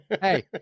Hey